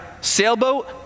sailboat